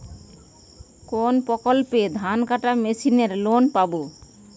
কোন প্রকল্পে ধানকাটা মেশিনের লোন পাব?